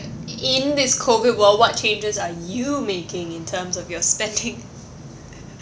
in this COVID world what changes are you making in terms of your spending